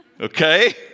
okay